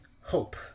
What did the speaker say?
hope